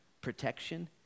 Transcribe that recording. protection